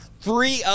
three